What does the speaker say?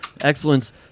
excellence